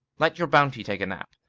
let your bounty take a nap,